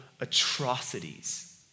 atrocities